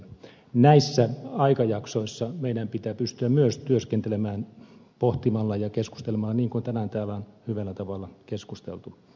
näissä aikajaksoissa meidän pitää pystyä myös työskentelemään pohtimalla ja keskustelemalla niin kuin tänään täällä on hyvällä tavalla keskusteltu